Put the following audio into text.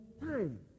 time